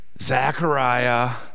Zechariah